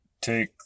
take